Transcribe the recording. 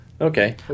Okay